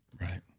Right